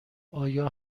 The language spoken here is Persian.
آیا